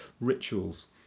rituals